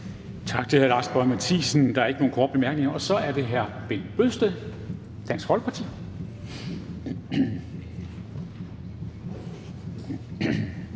Tak til hr. Lars Boje Mathiesen. Der er ikke nogen korte bemærkninger. Så er det hr. Bent Bøgsted, Dansk Folkeparti.